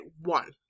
One